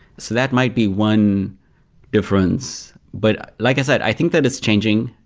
so that might be one difference but like i said, i think that it's changing.